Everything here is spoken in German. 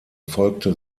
folgte